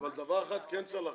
אבל דבר אחד כן צריך להכניס,